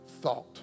thought